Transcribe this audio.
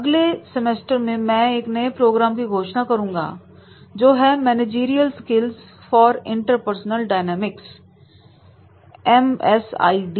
अगले सेमेस्टर में मैं एक नए प्रोग्राम की घोषणा करूंगा जो है managerial skills for interpersonal dynamics M S I D